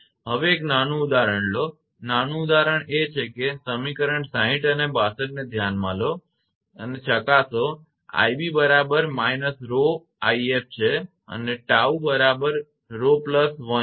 હવે એક નાનું ઉદાહરણ લો નાનું ઉદાહરણ એ છે કે સમીકરણ 60 અને 62 ને ધ્યાનમાં લો અને ચકાસો કે 𝑖𝑏 બરાબર −𝜌𝑖𝑓 છે અને 𝜏 બરાબર 𝜌1 છે